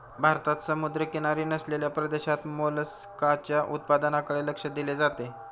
भारतात समुद्रकिनारी नसलेल्या प्रदेशात मोलस्काच्या उत्पादनाकडे लक्ष दिले जाते